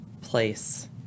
place